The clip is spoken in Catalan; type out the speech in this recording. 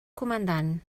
comandant